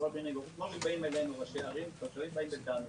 כמו שבאים אלינו ראשי ערים, תושבים באים בטענות.